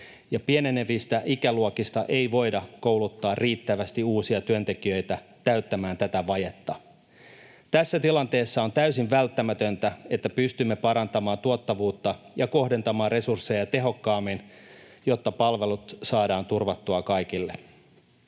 pienenevistä ikäluokista ei voida kouluttaa riittävästi uusia työntekijöitä täyttämään tätä vajetta. Tässä tilanteessa on täysin välttämätöntä, että pystymme parantamaan tuottavuutta ja kohdentamaan resursseja tehokkaammin, jotta palvelut saadaan turvattua kaikille.